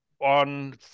on